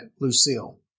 Lucille